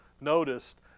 noticed